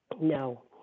No